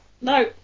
No